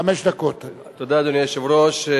המכסה היא על חשבון היושב-ראש.